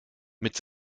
mit